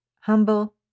humble